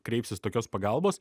kreipsis tokios pagalbos